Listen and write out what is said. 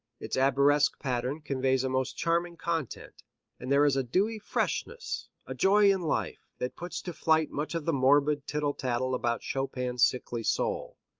its arabesque pattern conveys a most charming content and there is a dewy freshness, a joy in life, that puts to flight much of the morbid tittle-tattle about chopin's sickly soul.